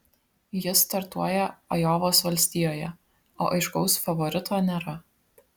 jis startuoja ajovos valstijoje o aiškaus favorito nėra